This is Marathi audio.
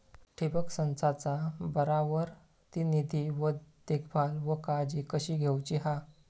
ठिबक संचाचा बराबर ती निगा व देखभाल व काळजी कशी घेऊची हा?